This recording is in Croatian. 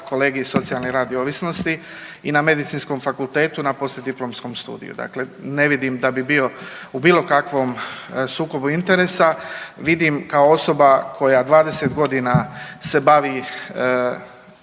kolegij socijalni rad i ovisnosti i na medicinskom fakultetu na poslijediplomskom studiju. Dakle, ne vidim da bi bio u bilo kakvom sukobu interesu. Vidim kao osoba koja 20.g. se bavi